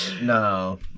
no